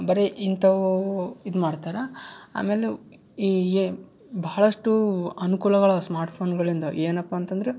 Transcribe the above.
ಬರೇ ಇಂಥವು ಇದು ಮಾಡ್ತಾರೆ ಆಮೇಲೆ ಈ ಎ ಬಹಳಷ್ಟು ಅನ್ಕೂಲಗಳವೆ ಸ್ಮಾರ್ಟ್ ಫೋನ್ಗಳಿಂದ ಏನಪ್ಪ ಅಂತಂದ್ರೆ